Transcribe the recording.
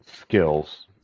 skills